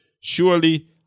surely